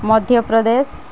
Madhya Pradesh